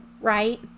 right